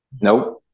Nope